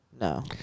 No